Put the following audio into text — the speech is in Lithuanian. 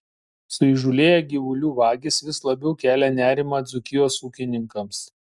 suįžūlėję gyvulių vagys vis labiau kelia nerimą dzūkijos ūkininkams